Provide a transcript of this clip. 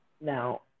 Now